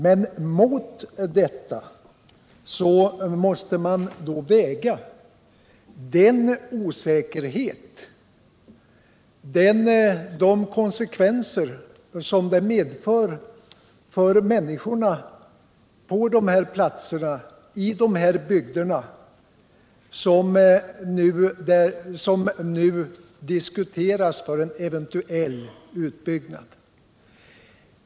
Men mot detta måste man då väga osäkerheten och konsekvenserna i övrigt för människorna i de bygder som nu diskuteras för en eventuell utbyggnad.